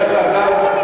האחרים, לא אכפת להם.